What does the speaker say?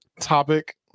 topic